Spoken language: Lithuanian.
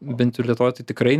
bent jau lietuvoj tai tikrai